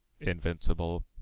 Invincible